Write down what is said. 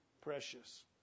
precious